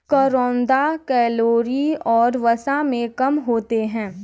करौंदा कैलोरी और वसा में कम होते हैं